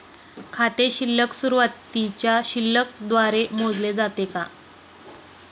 खाते शिल्लक सुरुवातीच्या शिल्लक द्वारे मोजले जाते का?